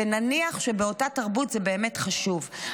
ונניח שבאותה תרבות זה באמת חשוב,